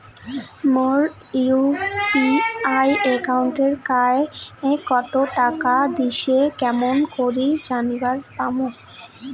মোর UPI একাউন্টে কায় কতো টাকা দিসে কেমন করে জানিবার পামু?